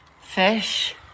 Fish